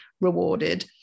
rewarded